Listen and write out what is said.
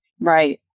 Right